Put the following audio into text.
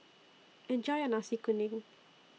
Enjoy your Nasi Kuning